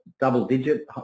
double-digit